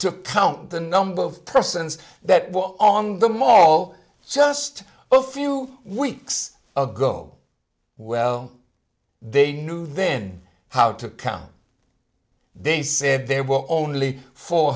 to count the number of persons that walk on the mall just a few weeks ago well they knew then how to count they said there were only four